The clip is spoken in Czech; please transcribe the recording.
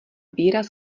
výraz